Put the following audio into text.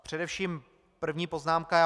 Především první poznámka.